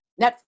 Netflix